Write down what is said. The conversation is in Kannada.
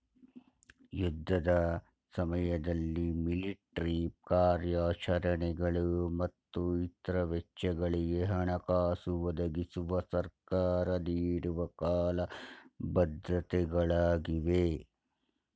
ಯುದ್ಧದ ಸಮಯದಲ್ಲಿ ಮಿಲಿಟ್ರಿ ಕಾರ್ಯಾಚರಣೆಗಳು ಮತ್ತು ಇತ್ರ ವೆಚ್ಚಗಳಿಗೆ ಹಣಕಾಸು ಒದಗಿಸುವ ಸರ್ಕಾರ ನೀಡುವ ಕಾಲ ಭದ್ರತೆ ಗಳಾಗಿವೆ